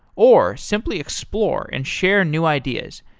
or simply explore and share new ideas.